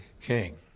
king